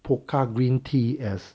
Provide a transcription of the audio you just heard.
pokka green tea as